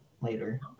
later